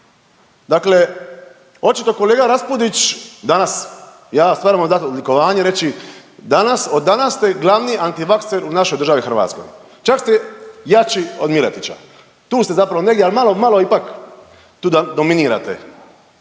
Dakle, očito kolega Raspudić danas ja vam moram dat odlikovanje i reći od danas ste glavni antivakser u našoj državi Hrvatskoj čak ste jači od Miletića, tu ste zapravo negdje, ali malo, malo ipak tu dominirate.